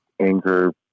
anger